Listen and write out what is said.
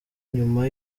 nyuma